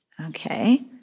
Okay